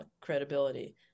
credibility